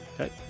Okay